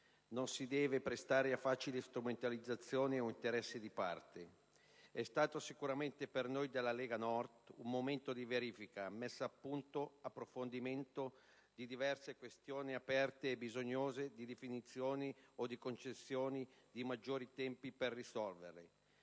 non si deve prestare a facili strumentalizzazioni o ad interessi di parte. È stato, sicuramente per noi della Lega Nord, un momento di verifica, messa a punto, approfondimento di diverse questioni aperte e bisognose di definizione o di maggiori tempi per risolverle.